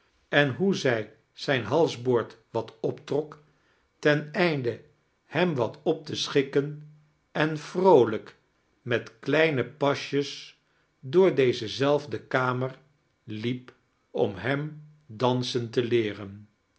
en hoe zij zijn halsboord wat pptrok ten einde hem wat op te schikken en vroolijk met kleine pasjes door deze zelfde kamer liep om hem dansen te leeren